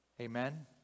Amen